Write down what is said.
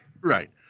Right